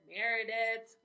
Meredith